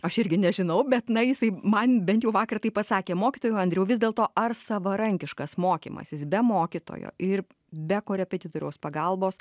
aš irgi nežinau bet na jisai man bent jau vakar taip pasakė mokytojau andriau vis dėlto ar savarankiškas mokymasis be mokytojo ir be korepetitoriaus pagalbos